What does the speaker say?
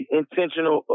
intentional